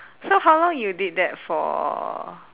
so how long you did that for